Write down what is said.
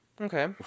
Okay